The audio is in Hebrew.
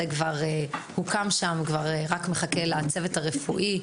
בית חולים שדה כבר הוקם שם ורק מחכה לצוות הרפואי,